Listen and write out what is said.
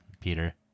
Peter